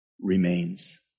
remains